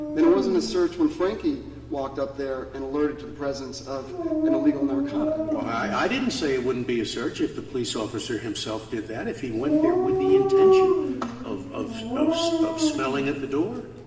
then it wasn't a search when franky walked up there and alerted to the presence of an illegal narcotic. scalia well, i didn't say it wouldn't be a search if the police officer himself did that if he went there with the intention of of of smelling at the door.